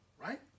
right